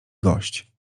gość